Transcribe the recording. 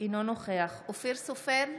אינו נוכח אופיר סופר,